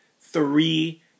three